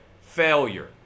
failure